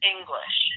English